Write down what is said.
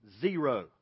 zero